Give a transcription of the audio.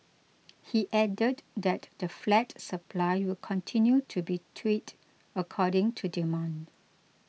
he added that the flat supply will continue to be tweaked according to demand